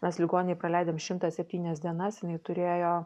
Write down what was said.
mes ligoninėj praleidėm šimtą septynias dienas jinai turėjo